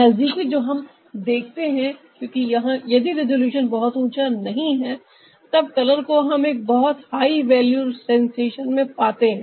नजदीकी जो हम देखते हैं क्योंकि यदि रिजॉल्यूशन बहुत ऊंचा नहीं है तब कलर को हम एक बहुत हाई वैल्यू सेंसेशन में पाते हैं